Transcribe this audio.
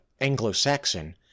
Anglo-Saxon